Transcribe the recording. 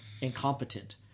incompetent